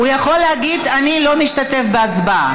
הוא יכול להגיד: אני לא משתתף בהצבעה.